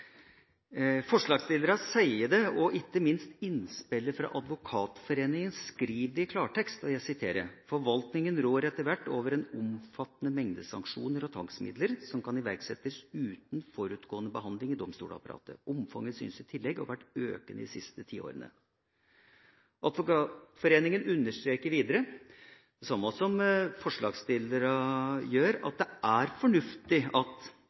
Forslagsstillerne sier det, og ikke minst står det i klartekst i innspillet fra Advokatforeningen: «Forvaltningen rår etter hvert over en omfattende mengde sanksjoner og tvangsmidler, som kan iverksettes uten forutgående behandling i domstolsapparatet. Omfanget synes i tillegg å ha vært økende de siste tiårene.» Videre understreker Advokatforeningen – som også forslagsstillerne gjør – at det er fornuftig at